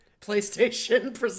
playstation